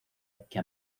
que